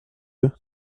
veux